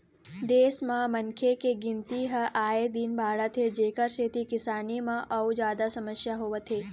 देश म मनखे के गिनती ह आए दिन बाढ़त हे जेखर सेती किसानी म अउ जादा समस्या होवत हे